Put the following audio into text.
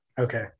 okay